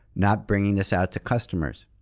not bringing this out to customers?